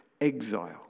exile